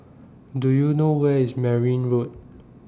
Do YOU know Where IS Merryn Road